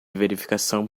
verificação